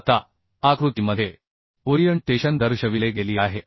आता आकृतीमध्ये ओरिअनटेशन दर्शविले गेली आहे